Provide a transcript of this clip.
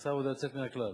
עושה עבודה יוצאת מן הכלל.